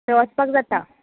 थंय वसपाक जाता